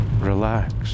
relax